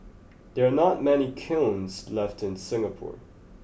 there are not many kilns left in Singapore